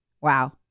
Wow